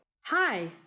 Hi